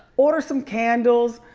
order some candles.